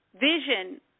vision